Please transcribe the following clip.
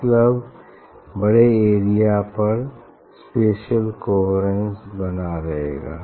मतलब बड़े एरिया पर स्पेसिअल कोहेरेन्स बना रहेगा